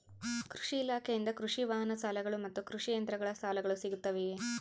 ಕೃಷಿ ಇಲಾಖೆಯಿಂದ ಕೃಷಿ ವಾಹನ ಸಾಲಗಳು ಮತ್ತು ಕೃಷಿ ಯಂತ್ರಗಳ ಸಾಲಗಳು ಸಿಗುತ್ತವೆಯೆ?